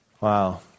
Wow